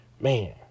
man